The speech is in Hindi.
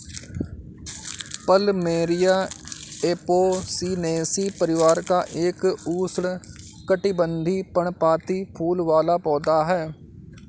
प्लमेरिया एपोसिनेसी परिवार का एक उष्णकटिबंधीय, पर्णपाती फूल वाला पौधा है